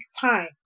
time